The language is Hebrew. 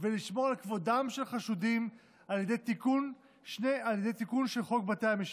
ולשמור על כבודם של חשודים על ידי תיקון של חוק בתי המשפט.